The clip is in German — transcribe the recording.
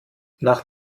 nach